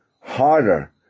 harder